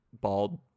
bald